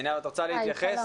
בוקר טוב.